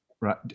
Right